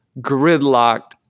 gridlocked